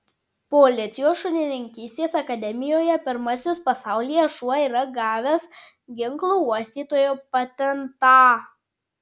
policijos šunininkystės akademijoje pirmasis pasaulyje šuo yra gavęs ginklų uostytojo patentą